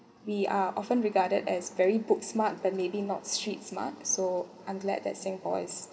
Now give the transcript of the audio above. we are often regarded as very book smart but maybe not street smart so I'm glad that same voice